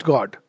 God